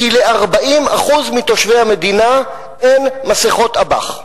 כי ל-40% מתושבי המדינה אין מסכות אב"כ.